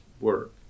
work